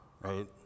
right